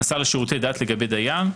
השר לשירותי דת לגבי דיין,